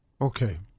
Okay